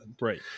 right